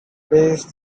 priest